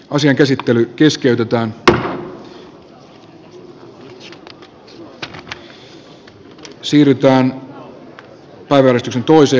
asian käsittely keskeytetään ja sitä jatketaan kyselytunnin jälkeen